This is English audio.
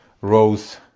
rose